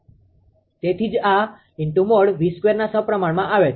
તેથી જ આ |𝑉|2 ના સમપ્રમાણમાં આવે છે